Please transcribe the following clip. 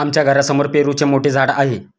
आमच्या घरासमोर पेरूचे मोठे झाड आहे